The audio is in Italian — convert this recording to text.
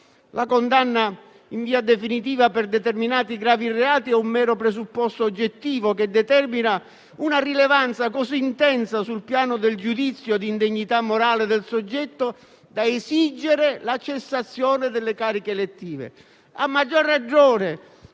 La condanna in via definitiva per determinati gravi reati è un mero presupposto oggettivo che determina una rilevanza così intensa sul piano del giudizio di indegnità morale del soggetto da esigere la cessazione dalle cariche elettive.